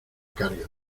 cargan